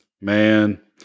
man